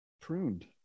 Pruned